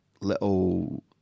little